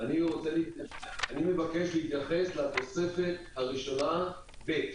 אני מבקש להתייחס לתוספת הראשונה ב'.